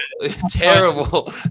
Terrible